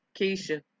Keisha